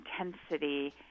intensity